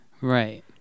Right